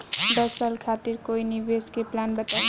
दस साल खातिर कोई निवेश के प्लान बताई?